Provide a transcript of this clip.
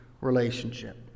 relationship